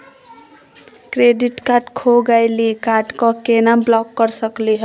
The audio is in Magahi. क्रेडिट कार्ड खो गैली, कार्ड क केना ब्लॉक कर सकली हे?